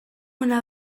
una